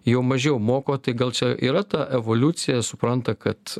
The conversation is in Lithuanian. jau mažiau moko tai gal čia yra ta evoliucija supranta kad